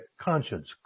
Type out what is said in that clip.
conscience